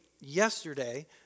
yesterday